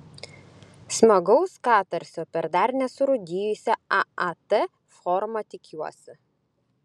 smagaus katarsio per dar nesurūdijusią aat formą tikiuosi